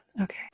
Okay